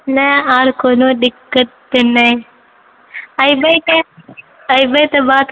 नहि आर कोनो दिक्कत तऽ नहि एबै तऽ एबै तऽ बात